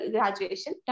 Graduation